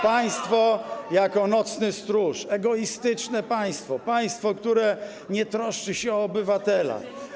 Państwo jako nocny stróż, egoistyczne państwo, państwo, które nie troszczy się o obywatela.